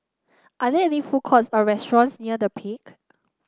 are there food courts or restaurants near The Peak